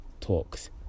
Talks